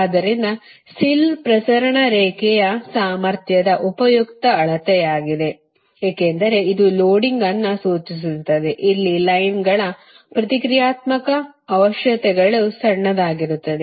ಆದ್ದರಿಂದ SIL ಪ್ರಸರಣ ರೇಖೆಯ ಸಾಮರ್ಥ್ಯದ ಉಪಯುಕ್ತ ಅಳತೆಯಾಗಿದೆ ಏಕೆಂದರೆ ಇದು ಲೋಡಿಂಗ್ ಅನ್ನು ಸೂಚಿಸುತ್ತದೆ ಅಲ್ಲಿ ಲೈನ್ಗಳ ಪ್ರತಿಕ್ರಿಯಾತ್ಮಕ ಅವಶ್ಯಕತೆಗಳು ಸಣ್ಣದಾಗಿರುತ್ತವೆ